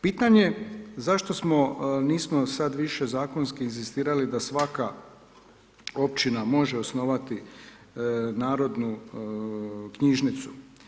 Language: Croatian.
Pitanje zašto smo, nismo sada više zakonski inzistirali da svaka općina može osnovati narodnu knjižnicu.